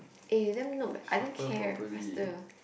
eh you damn noob eh I don't care faster